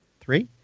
Three